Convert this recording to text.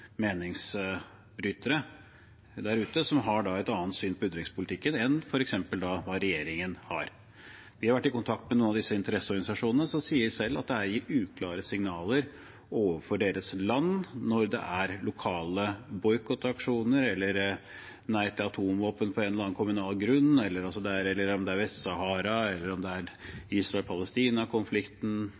meningsbrytere, der ute som har et annet syn på utenrikspolitikken enn det f.eks. regjeringen har. Vi har vært i kontakt med noen av disse interesseorganisasjonene, som selv sier at det er gitt uklare signaler overfor deres land når det er lokale boikottaksjoner, om det er Nei til atomvåpen på en eller annen kommunal grunn, eller om det er Vest-Sahara, Israel–Palestina-konflikten eller andre konflikter, på Krim eller hvor det er. Ved mange av disse konfliktene kan det